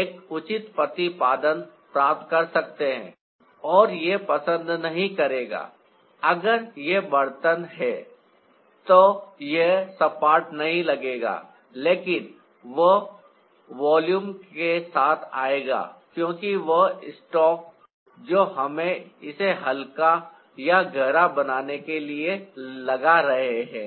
एक उचित प्रतिपादन प्राप्त कर सकते हैं और यह पसंद नहीं करेगा अगर यह एक बर्तन है तो यह सपाट नहीं लगेगा लेकिन यह वॉल्यूम के साथ आएगा क्योंकि वह स्ट्रोक जो हम इसे हल्का या गहरा बनाने के लिए लगा रहे हैं